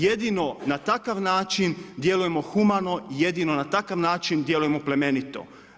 Jedino na takav način djelujemo humano, jedino na takav način djelujemo plemenito.